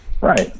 right